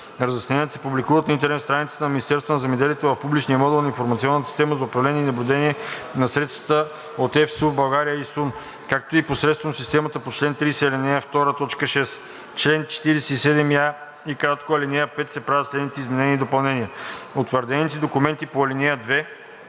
Разясненията се публикуват на интернет страницата на Министерството на земеделието, в публичния модул на Информационната система за управление и наблюдение на средствата от ЕФСУ в България (ИСУН), както и посредством системата по чл. 30, ал. 2, т. 6.“ В чл. 47яй, ал. 5 се правят следните изменения и допълнения: „Утвърдените документи по ал. 2